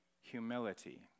humility